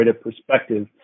perspective